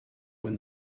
when